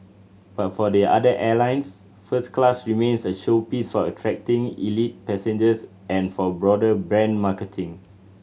but for the other airlines first class remains a showpiece for attracting elite passengers and for broader brand marketing